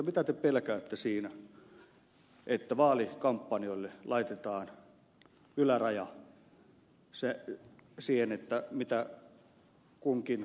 mitä te pelkäätte siinä että vaalikampanjoille laitetaan yläraja siihen mitä kunkin kampanjan kulut saavat olla